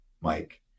Mike